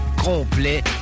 complet